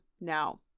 Now